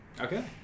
Okay